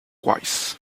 wise